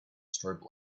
strobe